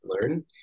learn